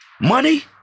Money